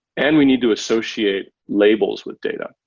and we need to associate labels with data.